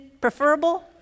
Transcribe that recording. preferable